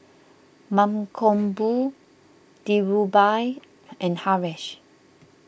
Mankombu Dhirubhai and Haresh